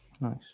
Nice